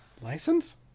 License